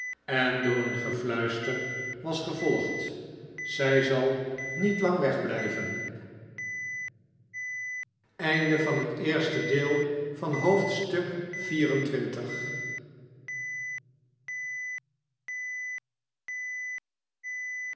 en door een gefluister was gevolgd zij zal niet lang wegblijven